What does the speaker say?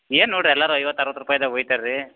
ಏನು ನೋಡಿರಿ ಎಲ್ಲರೂ ಐವತ್ತು ಅರುವತ್ತು ರೂಪಾಯ್ದಾಗೆ ಒಯ್ತಾರೆ ರೀ